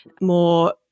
more